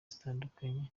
zitandukanye